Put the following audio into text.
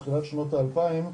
תחילת שנות האלפיים,